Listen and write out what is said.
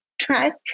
track